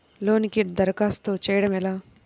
లోనుకి దరఖాస్తు చేయడము ఎలా?